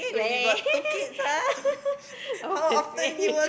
yeah yeah yeah oh I see